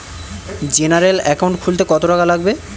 General account খুলতে কত টাকা লাগবে?